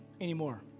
anymore